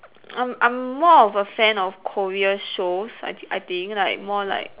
I'm I'm more of a fan of Korea shows I thi~ I think like more like